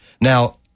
Now